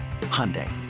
Hyundai